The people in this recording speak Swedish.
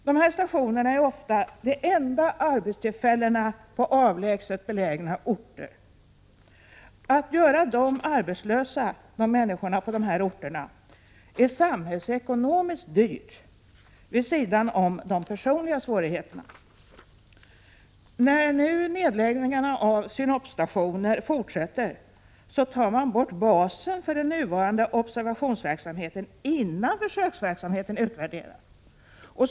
Dessa stationer ger ofta de enda arbetstillfällena på avlägset belägna orter. Att göra människorna på dessa orter arbetslösa är samhällsekonomiskt dyrt, vid sidan av de personliga svårigheterna. När nedläggningarna av synopstationer nu fortsätter tar man bort basen för den nuvarande observationsverksamheten innan försöksverksamheten utvärderats.